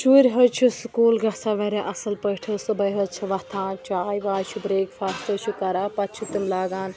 شُرۍ حظ چھِ سکوٗل گَژھان واریاہ اَصٕل پٲٹھۍ حظ صُبحٲے حظ چھِ وۄتھان چاے واے چھِ برٛیک فاسٹ حظ چھِ کَران پَتہٕ چھِ تِم لاگان